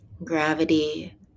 gravity